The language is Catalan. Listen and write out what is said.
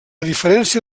diferència